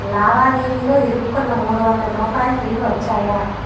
లావాదేవీలో ఇరుక్కున్న మూడువందల రూపాయలు తిరిగి వచ్చాయా